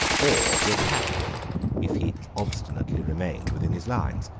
or to attack him if he obstinately remained within his lines.